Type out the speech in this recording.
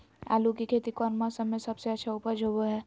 आलू की खेती कौन मौसम में सबसे अच्छा उपज होबो हय?